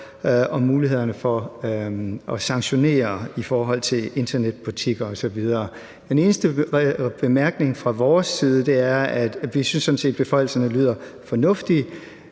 og mulighederne for at sanktionere i forhold til internetbutikker osv. Den eneste bemærkning fra vores side er, at vi sådan set synes, at beføjelserne lyder fornuftige,